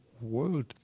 world